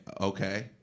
okay